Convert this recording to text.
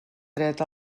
dret